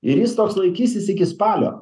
ir jis toks laikysis iki spalio